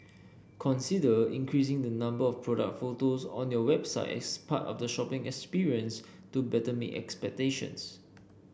consider increasing the number of product photos on your website as part of the shopping experience to better meet expectations